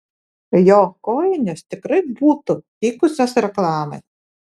jo kojinės tikrai būtų tikusios reklamai